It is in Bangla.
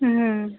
হুম